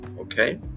okay